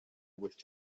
with